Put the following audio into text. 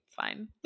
fine